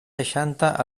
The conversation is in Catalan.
seixanta